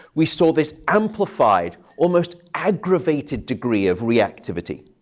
we saw this amplified, almost aggravated degree of reactivity.